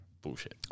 bullshit